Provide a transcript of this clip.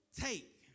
take